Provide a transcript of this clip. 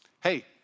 Hey